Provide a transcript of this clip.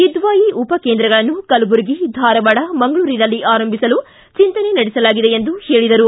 ಕಿದ್ವಾಯಿ ಉಪಕೇಂದ್ರಗಳನ್ನು ಕಲಬುರಗಿ ಧಾರವಾಡ ಮಂಗಳೂರಿನಲ್ಲಿ ಆರಂಭಿಸಲು ಚಿಂತನೆ ನಡೆಸಲಾಗಿದೆ ಎಂದು ಹೇಳಿದರು